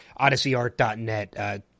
OdysseyArt.net